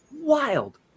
wild